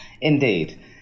indeed